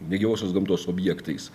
negyvosios gamtos objektais